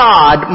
God